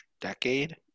decade